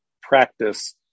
practice